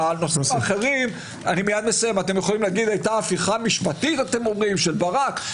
באחרים הייתה הפיכה משפטית, אתם אומרים, של ברק.